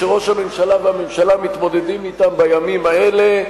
שראש הממשלה והממשלה מתמודדים אתם בימים האלה,